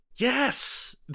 Yes